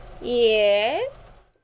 Yes